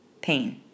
pain